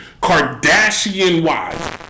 Kardashian-wise